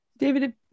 David